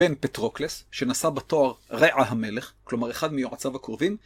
בן פטרוקלס, שנשא בתואר רע המלך, כלומר אחד מיועציו הקרובים,